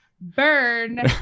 burn